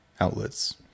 outlets